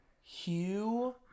Hugh